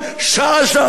בדקה זו,